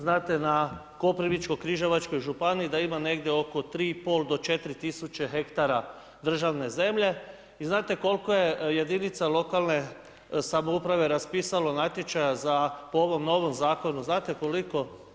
Znate, na Koprivničko-križevačkoj županiji da ima negdje oko 3,5 do 4 000 ha državne zemlje i znate koliko je jedinica lokalne samouprave raspisalo natječaja za po ovom novim zakonu, znate koliko?